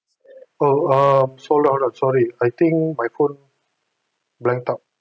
oh um hold on I'm sorry I think my phone blanked out